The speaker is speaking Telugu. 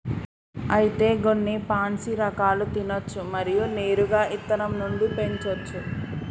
అయితే గొన్ని పాన్సీ రకాలు తినచ్చు మరియు నేరుగా ఇత్తనం నుండి పెంచోచ్చు